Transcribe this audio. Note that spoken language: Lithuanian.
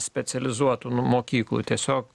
specializuotų mokyklų tiesiog